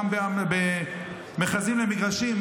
גם במכרזים למגרשים,